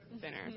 thinner